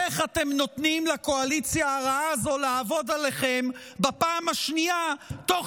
איך אתם נותנים לקואליציה הרעה הזו לעבוד עליכם בפעם השנייה תוך